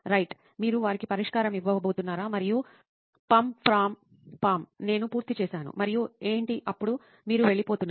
right మీరు వారికి పరిష్కారం ఇవ్వబోతున్నారా మరియు పమ్ ప్రామ్ పామ్ నేను పూర్తి చేశాను మరియు ఏంటి అప్పుడు మీరు వెళ్లిపోతున్నారు